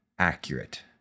Accurate